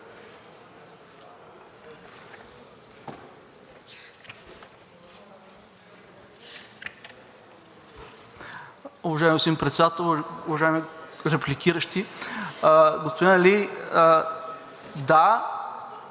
Уважаеми господин Председател, уважаеми репликиращи! Господин Али, да,